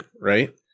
right